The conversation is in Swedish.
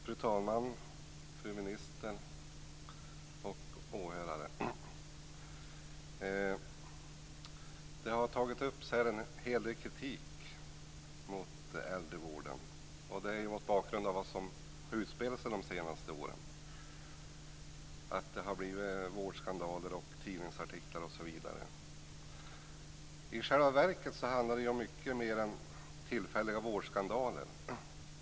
Fru talman! Fru minister! Åhörare! Det har framförts en hel del kritik mot äldrevården, och detta mot bakgrund av det som har utspelat sig under de senaste åren. Det har varit vårdskandaler, skrivits tidningsartiklar osv. I själva verket handlar det om mycket mera än tillfälliga vårdskandaler.